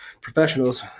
professionals